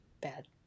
bad